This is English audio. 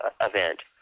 event